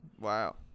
Wow